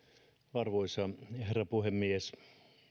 arvoisa herra puhemies